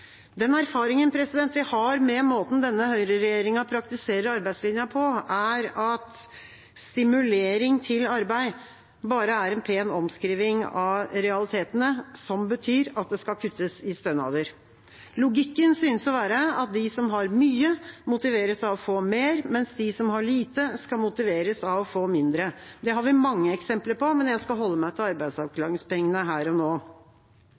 Den erfaringen vi har med måten denne høyreregjeringa praktiserer arbeidslinja på, er at stimulering til arbeid bare er en pen omskriving av realitetene, som betyr at det skal kuttes i stønader. Logikken synes å være at de som har mye, motiveres av å få mer, mens de som har lite, skal motiveres av å få mindre. Det har vi mange eksempler på, men jeg skal holde meg til